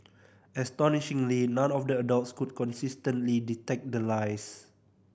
astonishingly none of the adults could consistently detect the lies